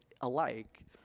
alike